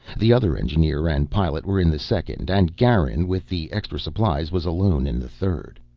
the other engineer and pilot were in the second and garin, with the extra supplies, was alone in the third.